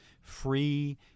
free